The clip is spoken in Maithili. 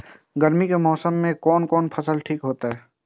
गर्मी के मौसम में कोन कोन फसल ठीक होते?